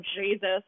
Jesus